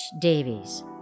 Davies